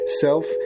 self